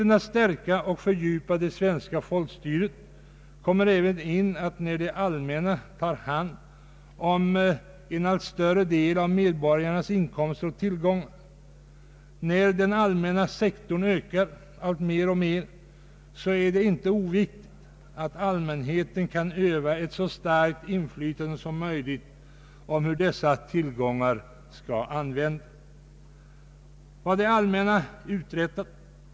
När det allmänna tar hand om en större del av medborgarnas inkomster och tillgångar, när den allmänna sektorn ökar alltmer, är det inte oviktigt att allmänheten kan öva ett starkt inflytande när det gäller att avgöra hur dessa tillgångar skall användas, Även detta kommer in i bilden när man vill stärka och fördjupa det svenska folkstyret.